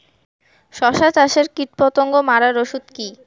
শসা চাষে কীটপতঙ্গ মারার ওষুধ কি?